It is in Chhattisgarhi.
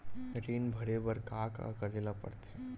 ऋण भरे बर का का करे ला परथे?